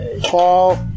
Paul